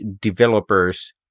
developers